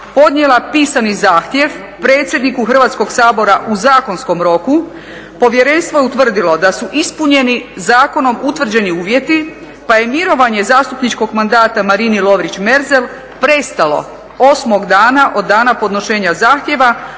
podnijela pisani zahtjev predsjedniku Hrvatskog sabora u zakonskom roku povjerenstvo je utvrdilo da su ispunjeni zakonom utvrđeni uvjeti pa je mirovanje zastupničkog mandata Marini Lovrić-Merzel prestalo osmog dana od dana podnošenja zahtjeva,